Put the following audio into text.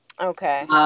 Okay